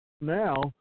now